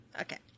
Okay